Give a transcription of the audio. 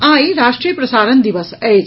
आई राष्ट्रीय प्रसारण दिवस अछि